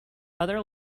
other